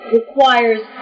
requires